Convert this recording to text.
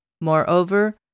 Moreover